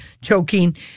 choking